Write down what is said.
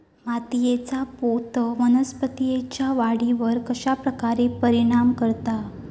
मातीएचा पोत वनस्पतींएच्या वाढीवर कश्या प्रकारे परिणाम करता?